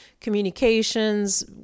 communications